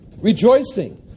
rejoicing